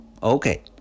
Okay